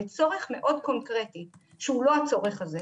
לצורך מאוד קונקרטי שהוא לא הצורך הזה,